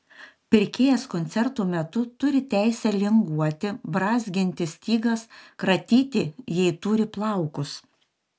pirkėjas koncerto metu turi teisę linguoti brązginti stygas kratyti jei turi plaukus